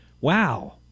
Wow